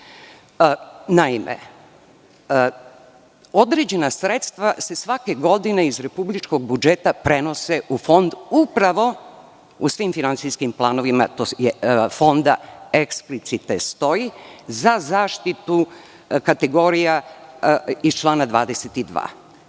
tačno. Naime, određena sredstva se svake godine iz republičkog budžeta prenose u Fond. Upravo u svim finansijskim planovima Fonda to eksplicite stoji, za zaštitu kategorija iz člana 22.Ono